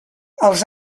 els